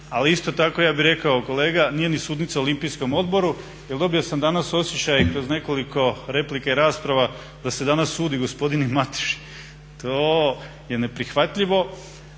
ali isto tako ja bih rekao kolega nije ni sudnica Olimpijskom odboru jer dobio sam danas osjećaj kroz nekoliko replika i rasprava da se danas sudi gospodinu Mateši. To je neprihvatljivo.